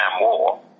War